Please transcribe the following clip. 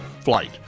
Flight